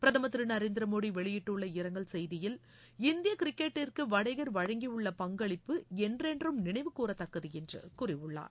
பிரதமர் திரு நரேந்திர மோடி வெளியிட்டுள்ள இரங்கல் செய்தியில் இந்திய கிரிக்கெட்டிற்கு வடேகர் வழங்கியுள்ள பங்களிப்பு என்றென்றும் நினைவு கூறத்தக்கது என்று கூறியுள்ளார்